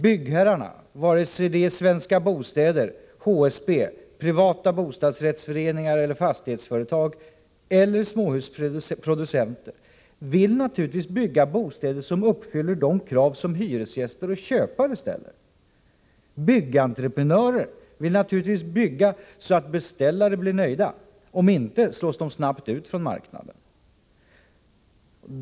Byggherrarna — vare sig det är Svenska bostäder, HSB, privata bostadsrättsföreningar eller fastighetsföretag eller småhusproducenter — vill naturligtvis bygga bostäder som uppfyller de krav som hyresgäster och köpare ställer. Byggentreprenörer vill naturligtvis bygga så att beställare blir nöjda. Om inte slås de snabbt ut från marknaden.